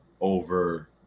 over